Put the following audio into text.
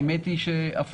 למען האמת זה להיפך.